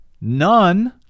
none